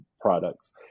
products